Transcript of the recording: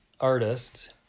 artist